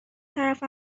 طرف